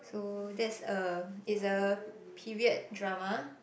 so that's a it's a period drama